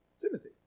Timothy